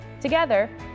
Together